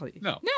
No